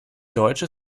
deutsche